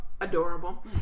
Adorable